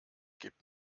gibt